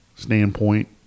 Standpoint